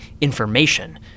information